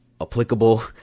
applicable